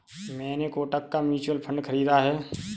मैंने कोटक का mutual fund खरीदा है